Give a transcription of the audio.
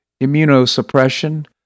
immunosuppression